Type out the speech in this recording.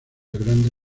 grande